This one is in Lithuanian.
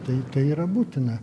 tai tai yra būtina